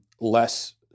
less